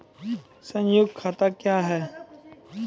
संयुक्त खाता क्या हैं?